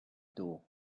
door